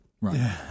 Right